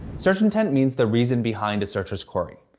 search intent means the reason behind a searchers query.